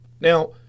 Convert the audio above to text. Now